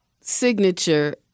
signature